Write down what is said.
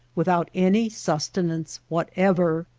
without any sustenance whatever.